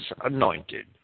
anointed